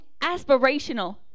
aspirational